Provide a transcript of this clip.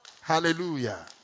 Hallelujah